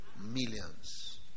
Millions